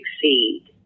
succeed